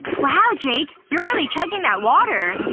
wow, jake. you're really chugging that water